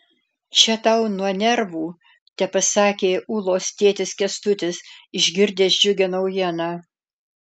čia tau nuo nervų tepasakė ulos tėtis kęstutis išgirdęs džiugią naujieną